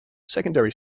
secondary